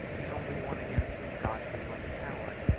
the only one against whom godfrey was a coward.